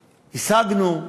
השגנו,